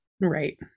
Right